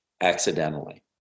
accidentally